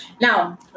now